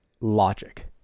logic